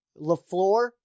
LaFleur